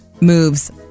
moves